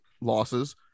losses